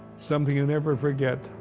something you never forget.